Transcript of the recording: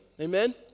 Amen